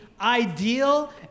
ideal